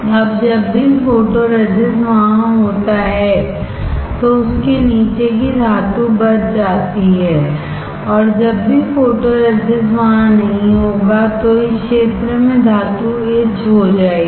अब जब भी फोटोरेजिस्ट वहाँ होता है तो उसके नीचे की धातु बच जाती है और जब भी फोटोरेजिस्ट वहाँ नहीं होगा तो इस क्षेत्र में धातु etched हो जाएगी